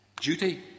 Duty